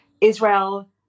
Israel